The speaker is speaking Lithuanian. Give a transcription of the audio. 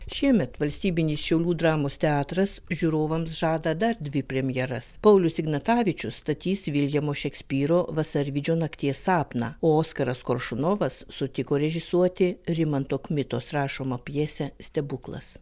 šiemet valstybinis šiaulių dramos teatras žiūrovams žada dar dvi premjeras paulius ignatavičius statys viljamo šekspyro vasarvidžio nakties sapną o oskaras koršunovas sutiko režisuoti rimanto kmitos rašomą pjesę stebuklas